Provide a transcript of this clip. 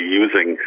using